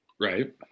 Right